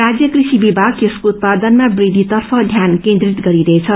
राज्य कूषि विमाग यसको उत्पादकतामा वृद्खि तर्फ ष्यान केन्द्रित गरिरहेछ